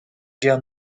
guerre